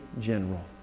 general